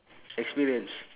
experience